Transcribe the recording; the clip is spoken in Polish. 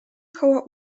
koło